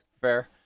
fair